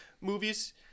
movies